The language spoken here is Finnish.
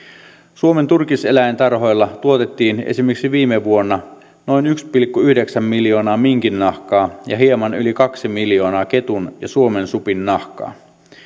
suomen turkiseläintarhoilla tuotettiin esimerkiksi viime vuonna noin yksi pilkku yhdeksän miljoonaa minkinnahkaa ja hieman yli kaksi miljoonaa ketun ja suomensupinnahkaa